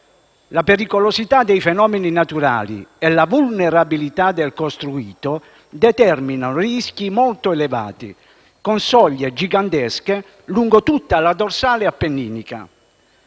La pericolosità dei fenomeni naturali e la vulnerabilità del costruito determinano rischi molto elevati, con soglie gigantesche lungo tutta la dorsale appenninica.